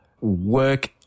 work